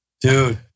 Dude